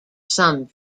some